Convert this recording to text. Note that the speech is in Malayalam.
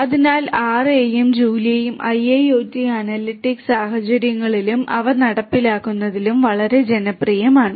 അതിനാൽ ആർഐയും ജൂലിയയും IIoT അനലിറ്റിക്സ് സാഹചര്യങ്ങളിലും അവ നടപ്പിലാക്കുന്നതിലും വളരെ ജനപ്രിയമാണ്